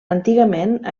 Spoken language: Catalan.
antigament